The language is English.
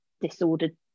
disordered